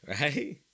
Right